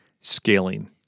Scaling